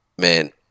Man